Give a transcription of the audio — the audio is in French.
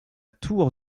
tour